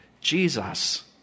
Jesus